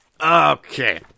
Okay